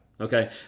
Okay